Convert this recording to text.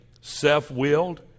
self-willed